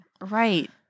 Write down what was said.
right